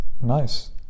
nice